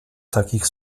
takich